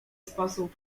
sposób